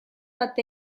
bat